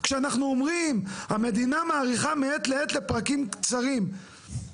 כשאנחנו אומרים שהמדינה מאריכה מעת לעת לפרקים קצרים,